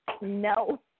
No